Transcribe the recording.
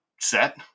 set